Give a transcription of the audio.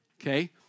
okay